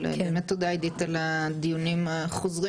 אבל באמת תודה עידית על הדיונים החוזרים